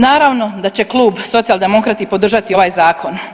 Naravno da će Klub Socijaldemokrati podržati ovaj zakon.